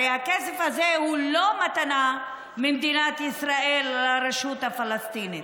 הרי הכסף הזה הוא לא מתנה ממדינת ישראל לרשות הפלסטינית,